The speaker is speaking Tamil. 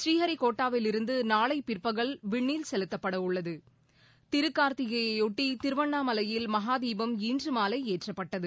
புநீஹரிகோட்டாவில் இருந்து நாளை பிற்பகல் விண்ணில் செலுத்தப்பட உள்ளது திருகார்த்திகையையொட்டி திருவண்ணாமலையில் மகா தீபம் இன்று மாலை ஏற்றப்பட்டது